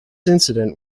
incident